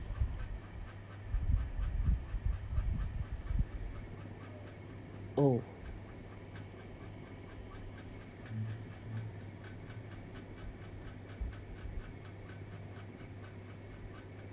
oh